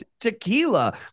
tequila